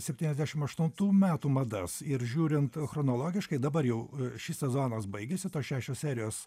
septyniasdešim aštuntų metų madas ir žiūrint chronologiškai dabar jau šis sezonas baigėsi tos šešios serijos